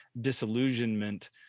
disillusionment